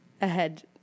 ahead